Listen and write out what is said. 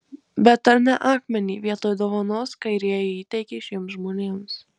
bet ar ne akmenį vietoj dovanos kairieji įteikė šiems žmonėms